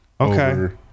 Okay